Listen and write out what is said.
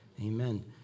Amen